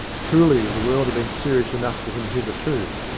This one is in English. truly the world had been serious enough for him hitherto,